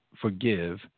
forgive